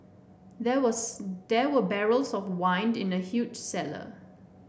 there worse there were barrels of wine in the huge cellar